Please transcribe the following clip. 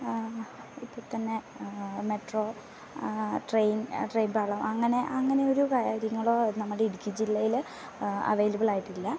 ആ ഇപ്പം തന്നെ ആ മെട്രോ ആ ട്രെയ്ൻ ആ ട്രെയ്ൻ പാളം അങ്ങനെ അങ്ങനെ ഒരു കാര്യങ്ങളോ നമ്മുടെ ഇടുക്കി ജില്ലയിൽ അവൈലബ്ൾ ആയിട്ടില്ല